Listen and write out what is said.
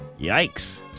Yikes